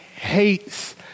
hates